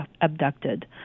abducted